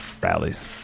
rallies